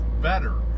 better